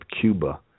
Cuba